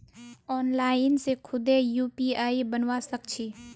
online से खुदे UPI बनवा सक छी